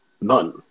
None